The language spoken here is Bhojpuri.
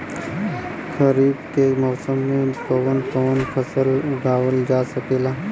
खरीफ के मौसम मे कवन कवन फसल उगावल जा सकेला?